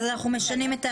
אנחנו משנים את ההגדרה.